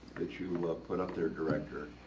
that you put up there director,